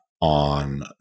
on